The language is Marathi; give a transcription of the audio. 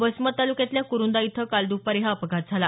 वसमत तालुक्यातल्या कुरुदा इथं काल दुपारी हा अपघात झाला